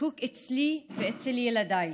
חקוק אצלי ואצל ילדיי.